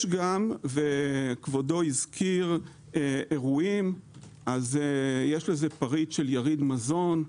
כבודו הזכיר אירועים אז יש גם פריט של יריד מזון.